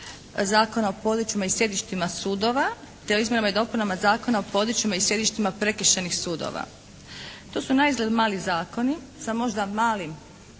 Zakona o područjima i sjedištima sudova te o izmjenama i dopunama Zakona o područjima i sjedištima prekršajnih sudova. To su naizgled mali zakoni sa možda malim